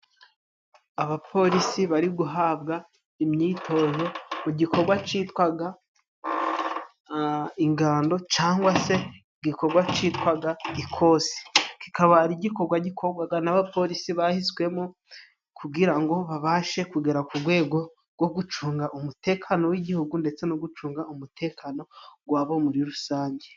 Abapolisi bari guhabwa imyitozo mu gikogwa citwaga ingando cangwa se igikogwa citwaga ikosi, kikaba ari igikogwa gikogwaga n'abapolisi bahiswemo kugira ngo babashe kugera ku gwego go gucunga umutekano w'igihugu, ndetse no gucunga umutekano gwabo muri rusange.